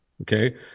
okay